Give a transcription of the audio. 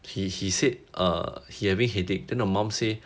he he said err he having headache than the mum say